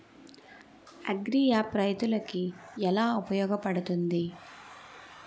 Agri app రైతులకి ఏలా ఉపయోగ పడుతుంది?